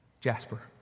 Jasper